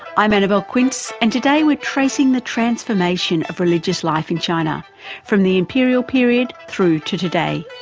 i'm annabelle quince and today we're tracing the transformation of religious life in china from the imperial period through to today.